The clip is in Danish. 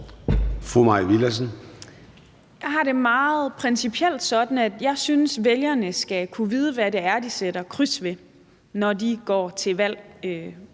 Mai Villadsen (EL): Jeg har det meget principielt sådan, at jeg synes, vælgerne skal kunne vide, hvad de sætter kryds ved, når de stemmer til